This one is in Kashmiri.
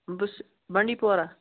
بہٕ چھُس بَنٛڈی پورہ